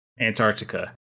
Antarctica